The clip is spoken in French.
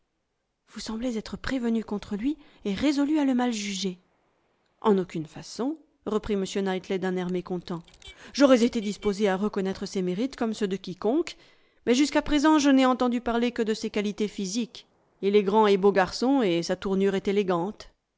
vous semblez être prévenu contre lui et résolu à le mal juger en aucune façon reprit m knightley d'un air mécontent j'aurais été disposé à reconnaître ses mérites comme ceux de quiconque mais jusqu'à présent je n'ai entendu parler que de ses qualités physiques il est grand et beau garçon et sa tournure est élégante